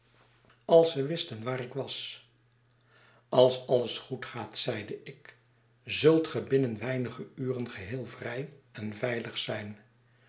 als ze wisten waar ik was als alles goed gaat zeide ik a zult ge binnen weinige uren geheel vrij en veilig zijn